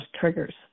triggers